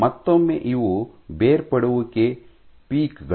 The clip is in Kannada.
ಮತ್ತೊಮ್ಮೆ ಇವು ಬೇರ್ಪಡುವಿಕೆ ಪೀಕ್ ಗಳು